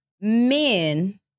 Men